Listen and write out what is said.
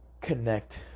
connect